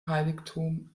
heiligtum